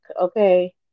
okay